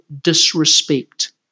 disrespect